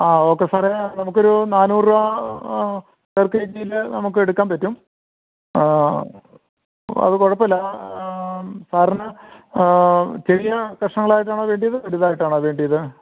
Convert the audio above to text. ആ ഓക്കെ സാറേ നമുക്കൊരു നാനൂറു രൂപ പെർ കെജിയിൽ നമുക്കെടുക്കാൻ പറ്റും അത് കുഴപ്പം ഇല്ല സാറിന് ചെറിയ കഷ്ണങ്ങളായിട്ടാണോ വേണ്ടിയത് വലുതായിട്ടാണോ വേണ്ടിയത്